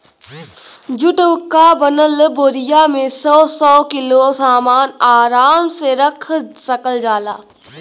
जुट क बनल बोरिया में सौ सौ किलो सामन आराम से रख सकल जाला